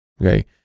Okay